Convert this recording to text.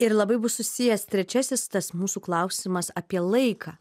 ir labai bus susijęs trečiasis tas mūsų klausimas apie laiką